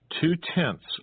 Two-tenths